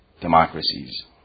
democracies